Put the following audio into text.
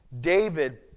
david